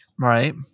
Right